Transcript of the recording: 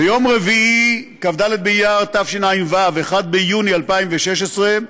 ביום רביעי, כ"ד באייר תשע"ו, 1 ביוני 2016,